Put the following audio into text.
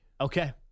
Okay